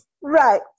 right